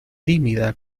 tímida